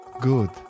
Good